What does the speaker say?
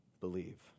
believe